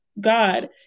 God